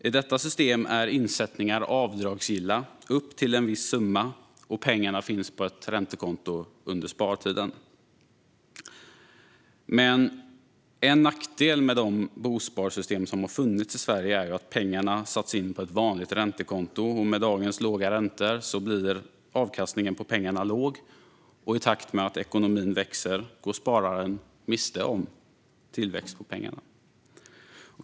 I detta system är insättningar avdragsgilla upp till en viss summa, och pengarna finns på ett räntekonto under spartiden. En nackdel med de bosparsystem som har funnits i Sverige är att pengarna har satts in på ett vanligt räntekonto. Med dagens låga räntor blir avkastningen på pengarna låg, och i takt med att ekonomin växer går spararen miste om tillväxt på pengarna.